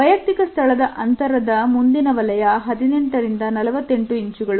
ವಯಕ್ತಿಕ ಸ್ಥಳದ ಅಂತರದ ಮುಂದಿನ ವಲಯ 18ರಿಂದ 48 ಇಂಚುಗಳು